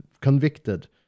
convicted